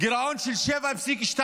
גירעון של 7.2%,